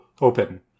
open